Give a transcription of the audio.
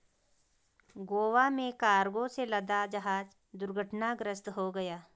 गोवा में कार्गो से लदा जहाज दुर्घटनाग्रस्त हो गया